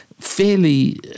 fairly